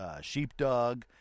Sheepdog